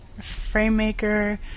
FrameMaker